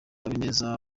habineza